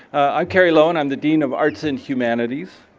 i'm kerry loewen, i'm the dean of arts and humanities.